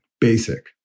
basic